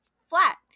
flat